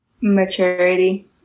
maturity